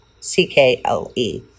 c-k-l-e